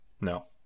no